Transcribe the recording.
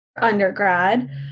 undergrad